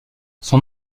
son